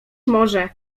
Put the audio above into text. może